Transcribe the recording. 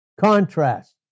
Contrast